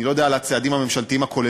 אני לא יודע על הצעדים הממשלתיים הכוללים,